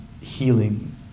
healing